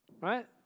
Right